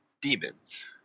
demons